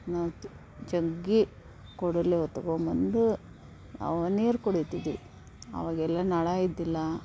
ನಾವು ಜಗ್ಗಿ ಕೊಡಲ್ಲಿ ಹೊತ್ಕೊಂಬಂದು ನಾವು ನೀರು ಕುಡಿತಿದ್ವಿ ಅವಾಗೆಲ್ಲ ನಳ ಇದ್ದಿಲ್ಲ